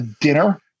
Dinner